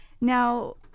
Now